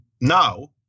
now